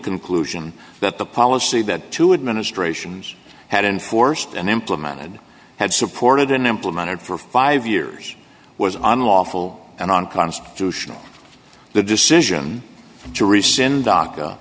conclusion that the policy that two administrations had enforced and implemented had supported and implemented for five years was unlawful and unconstitutional the decision to rescind d